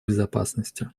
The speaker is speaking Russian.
безопасности